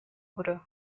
puro